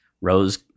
rose